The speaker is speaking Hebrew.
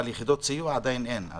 אבל יחידות סיוע עדיין אין.